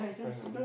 pregnant